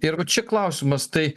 ir va čia klausimas tai